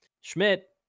Schmidt